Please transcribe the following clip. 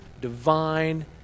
divine